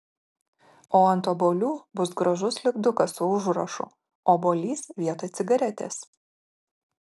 o ant obuolių bus gražus lipdukas su užrašu obuolys vietoj cigaretės